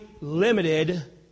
limited